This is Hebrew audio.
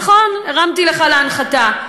נכון, הרמתי לך להנחתה,